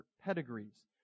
pedigrees